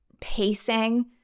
pacing